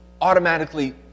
automatically